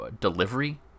delivery